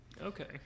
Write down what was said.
Okay